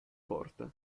porta